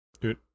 Dude